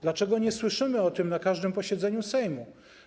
Dlaczego nie słyszymy o tym na każdym posiedzeniu Sejmu?